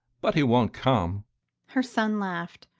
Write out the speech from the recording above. but he won't come her son laughed,